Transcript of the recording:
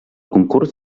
concurs